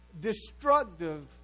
destructive